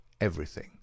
everything